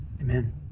Amen